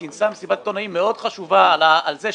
דיון על מחיר למשתכן, על תקציב המדינה, בואי.